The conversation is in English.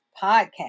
Podcast